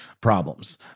problems